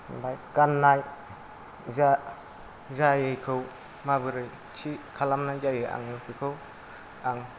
ओमफाय गान्नाय जा जायखौ माबोरै थि खालामनाय जायो आङो बेखौ आं